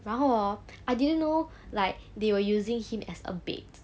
然后 hor I didn't know like they were using him as a bait